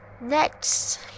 next